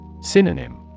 Synonym